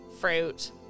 fruit